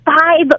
five